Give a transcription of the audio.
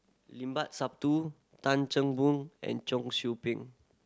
Limat Sabtu Tan Chan Boon and Cheong Soo Ping